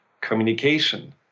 communication